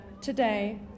today